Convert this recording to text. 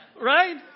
Right